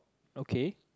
okay